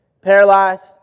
Paralyzed